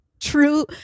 True